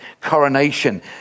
coronation